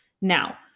Now